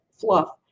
fluff